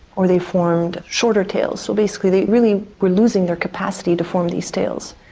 or they formed shorter tails. so basically they really were losing their capacity to form these tails.